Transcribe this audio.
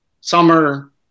summer